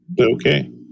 Okay